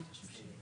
הוא בעצם מוכר שתי